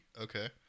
Okay